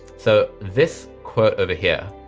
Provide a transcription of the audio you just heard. so this quote over here,